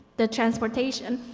the transportation.